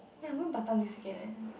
yeah I'm going Batam this weekend eh